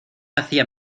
hacia